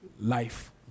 life